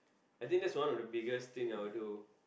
I think that's one of the biggest thing I would do